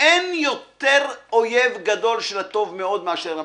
ואין יותר אויב גדול של הטוב מאוד מאשר המצוין.